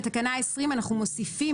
בתקנה 20 אנחנו מוסיפים,